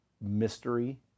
mystery